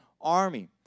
army